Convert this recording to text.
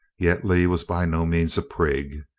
yet lee was by no means a prig.